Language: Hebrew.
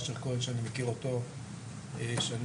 הנקודה השלישית שאני רוצה להעלות כאן